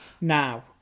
Now